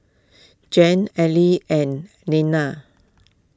Jan Ally and Leaner